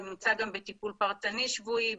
הוא נמצא בטיפול פרטני שבועי,